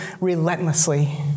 relentlessly